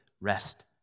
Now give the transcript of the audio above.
rest